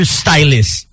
stylist